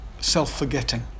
self-forgetting